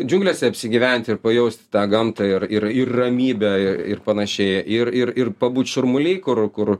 džiunglėse apsigyventi ir pajausti tą gamtą ir ir ir ramybę ir panašiai ir ir ir pabūt šurmuly kur kur